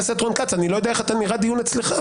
אני לא יודע איך נראה דיון אצלך,